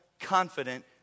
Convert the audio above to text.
confident